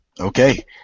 Okay